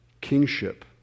kingship